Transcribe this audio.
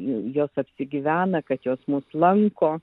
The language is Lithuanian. jos apsigyvena kad jos mus lanko